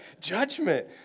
Judgment